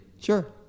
Sure